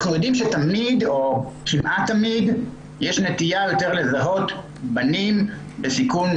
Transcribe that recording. אנחנו יודעים שכמעט תמיד יש נטייה לזהות יותר בנים בסיכון,